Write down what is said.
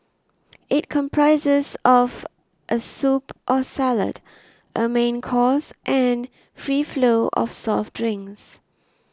it comprises of a soup or salad a main course and free flow of soft drinks